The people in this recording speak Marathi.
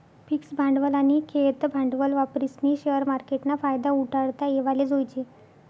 फिक्स भांडवल आनी खेयतं भांडवल वापरीस्नी शेअर मार्केटना फायदा उठाडता येवाले जोयजे